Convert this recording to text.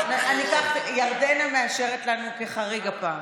ירדנה מאשרת לנו כחריג הפעם.